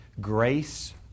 Grace